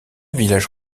village